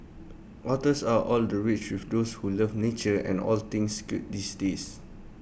otters are all the rage with those who love nature and all things cute these days